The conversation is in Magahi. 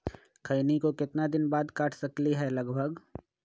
खैनी को कितना दिन बाद काट सकलिये है लगभग?